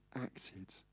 acted